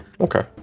Okay